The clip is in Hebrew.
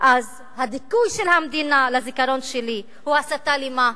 אז הדיכוי של המדינה לזיכרון שלי הוא הסתה לְמה,